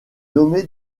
nommé